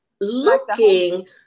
looking